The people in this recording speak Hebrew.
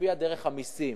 להשפיע דרך המסים